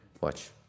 Watch